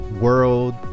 world